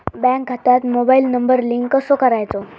Bank खात्यात mobile number link कसो करायचो?